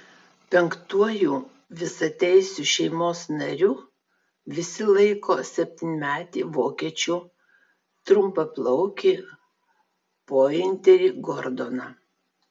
penktuoju visateisiu šeimos nariu visi laiko septynmetį vokiečių trumpaplaukį pointerį gordoną